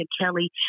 Kelly